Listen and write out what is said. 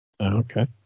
Okay